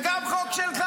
וגם חוק שלך,